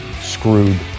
screwed